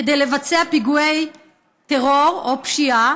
כדי לבצע פיגועי טרור או פשיעה,